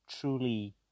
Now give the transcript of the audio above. truly